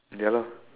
ya lor